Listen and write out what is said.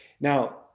Now